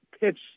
pitch